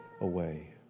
away